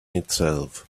itself